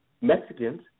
Mexicans